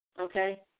Okay